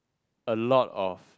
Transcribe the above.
a lot of